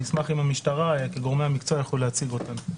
ונשמח אם המשטרה וגורמי המקצוע יוכלו להציג אותן.